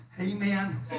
Amen